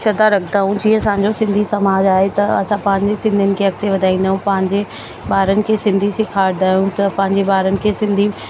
श्रध्दा रखंदा ऐं जीअं असांजो सिंधी समाज आहे त असां पंहिंजे सिंधीयुनि खे अॻिते वधाईन्दा ऐं पंहिंजे ॿारनि खे सिंधी सेखारींदा ऐं त पंहिंजे ॿारनि खे सिंधी